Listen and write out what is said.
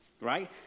right